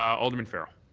alderman farrell.